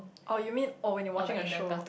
or you mean or when you are watching a show